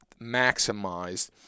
maximized